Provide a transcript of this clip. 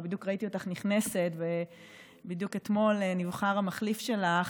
שבדיוק ראיתי אותך נכנסת ובדיוק אתמול נבחר המחליף שלך,